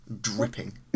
Dripping